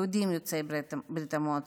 יהודים יוצאי ברית המועצות.